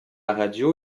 radio